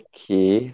Okay